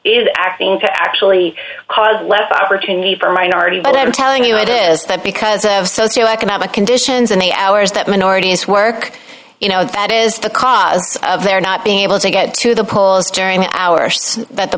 is acting to actually cause less opportunity for minority but i'm telling you it is that because of socioeconomic conditions and the hours that minorities work that is the cause of their not being able to get to the polls during the hours that the